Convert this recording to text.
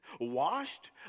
washed